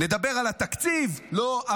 נדבר על התקציב, לא.